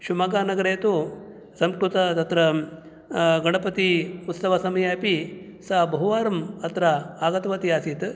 शिवमोग्गानगरे तु संस्कृत तत्र गणपति उत्सवसम्ये अपि सा बहुवारम् अत्र आगत्वती आसीत्